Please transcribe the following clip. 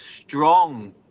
strong